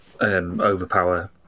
overpower